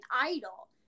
idol